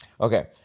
Okay